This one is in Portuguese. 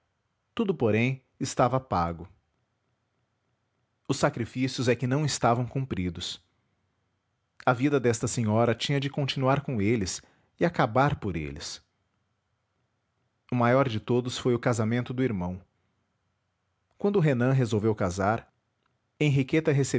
tudo porém estava pago os sacrifícios é que não estavam cumpridos a vida desta senhora tinha de continuar com eles e acabar por eles o maior de todos foi o casamento do irmão quando renan resolveu casar henriqueta